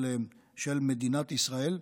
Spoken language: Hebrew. של מדינת ישראל,